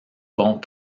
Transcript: pont